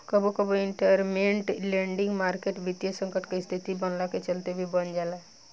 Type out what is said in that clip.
कबो कबो इंटरमेंट लैंडिंग मार्केट वित्तीय संकट के स्थिति बनला के चलते भी बन जाला